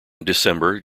december